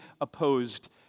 opposed